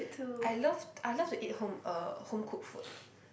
I love I love to eat home uh home cooked food